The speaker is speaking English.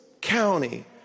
county